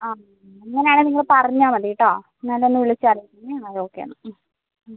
ആ അങ്ങനെ ആണെങ്കിൽ നിങ്ങൾ പറഞ്ഞാൽ മതി കേട്ടോ എന്നാൽ ഒന്ന് വിളിച്ചാൽ മതി എങ്കിൽ ഞങ്ങൾ ഓക്കെ ഹ്മ് ഹ്മ്